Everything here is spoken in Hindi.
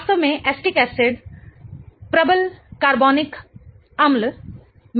वास्तव में एसिटिक एसिड अम्ल प्रबल कार्बनिक एसिडअम्ल में से एक है